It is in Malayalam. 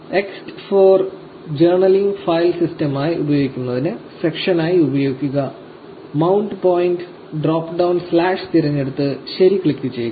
Ext 4 ജേർണലിംഗ് ഫയൽ സിസ്റ്റമായി ഉപയോഗിക്കുന്നതിന് സെക്ഷനായി ഉപയോഗിക്കുക mount point drop down slash തിരഞ്ഞെടുത്ത് 'ശരി' ക്ലിക്കുചെയ്യുക